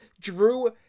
drew